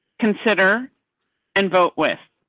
considers and vote with.